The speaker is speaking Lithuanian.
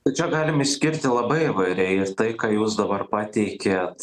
tai čia galim išskirti labai įvairiai tai ką jūs dabar pateikėt